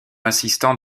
assistant